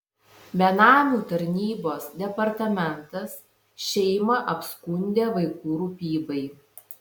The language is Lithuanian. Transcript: benamių tarnybos departamentas šeimą apskundė vaikų rūpybai